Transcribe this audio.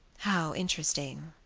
how interesting!